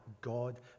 God